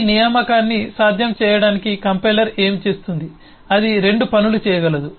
కాబట్టి ఈ నియామకాన్ని సాధ్యం చేయడానికి కంపైలర్ ఏమి చేస్తుంది అది 2 పనులు చేయగలదు